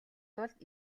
тулд